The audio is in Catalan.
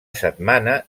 setmana